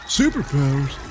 superpowers